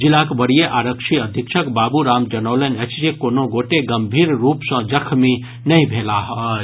जिलाक वरीय आरक्षी अधीक्षक बाबू राम जनौलनि अछि जे कोनो गोटे गंभीर रूप सँ जख्मी नहि भेलाह अछि